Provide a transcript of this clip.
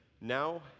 now